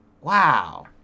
Wow